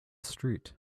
street